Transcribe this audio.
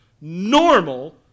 normal